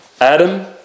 Adam